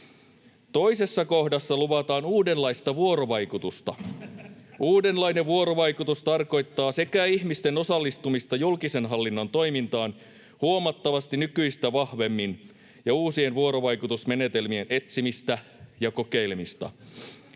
Toisessa kohdassa luvataan uudenlaista vuorovaikutusta: ”Uudenlainen vuorovaikutus tarkoittaa sekä ihmisten osallistumista julkisen hallinnon toimintaan huomattavasti nykyistä vahvemmin ja uusien vuorovaikutusmenetelmien etsimistä ja kokeilemista.”